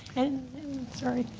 and sorry.